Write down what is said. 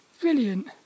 brilliant